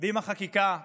ואם החקיקה תאושר,